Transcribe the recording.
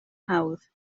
hawdd